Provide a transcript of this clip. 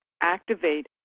activate